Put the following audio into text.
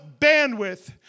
bandwidth